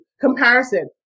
Comparison